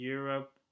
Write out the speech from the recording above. Europe